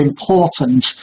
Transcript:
important